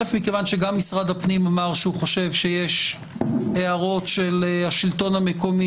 מכיוון שגם משרד הפנים אמר שהוא חושב שיש הערות של השלטון המקומי